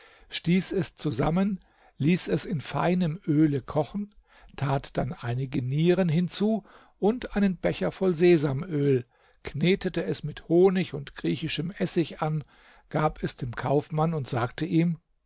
stieß es zusammen ließ es in feinem öle kochen tat dann einige nieren hinzu und einen becher voll sesamöl knetete es mit honig und griechischem essig an gab es dem kaufmann und sagte ihm